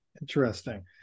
Interesting